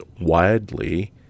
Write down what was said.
widely